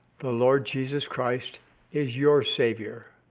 the lord jesus christ is your savior,